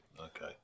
Okay